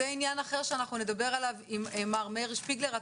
זה עניין אחר שנדבר עליו עם מר מאיר שפיגלר.